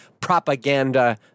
propaganda